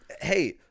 hey